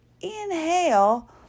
inhale